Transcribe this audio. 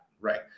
right